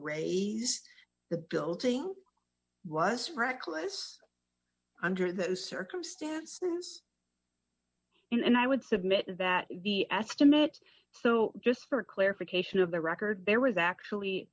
raise the building was reckless under those circumstances and i would submit that the estimate so just for clarification of the record there was actually